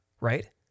right